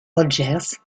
rogers